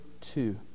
two